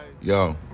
Yo